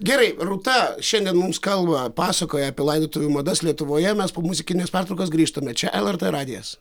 gerai rūta šiandien mums kalba pasakoja apie laidotuvių madas lietuvoje mes po muzikinės pertraukos grįžtame čia lrt radijas